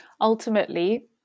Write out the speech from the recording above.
ultimately